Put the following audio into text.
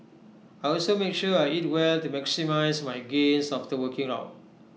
I also make sure I eat well to maximise my gains after working out